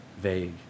vague